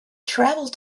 travelled